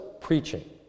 preaching